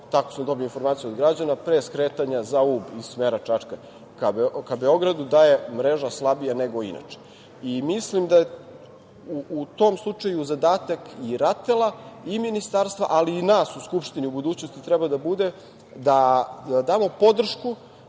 tako sam dobio informaciju od građana, pre skretanja za Ub iz smera Čačka ka Beogradu, da je mreža slabija nego inače. Mislim da je u tom slučaju zadatak i RATEL-a, ali i nas u Skupštini u budućnosti treba da bude da damo podršku